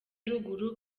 ruguru